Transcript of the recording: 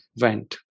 went